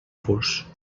vos